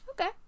Okay